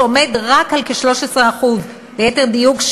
שעומד רק על כ-13%; ליתר דיוק,